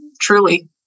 truly